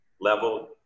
level